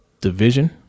division